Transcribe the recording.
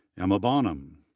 emma bonham,